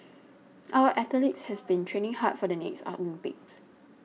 our athletes have been training hard for the next Olympics